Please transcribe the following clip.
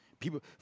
People